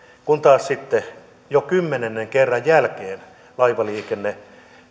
kun taas sitten jo kymmenennen kerran jälkeen laivaliikenne